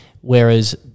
Whereas –